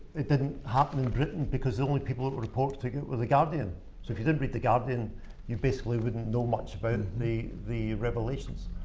it didn't happen in britain because the only people who reported it was the guardian. so if you didn't read the guardian you basically wouldn't know much about the the revelations.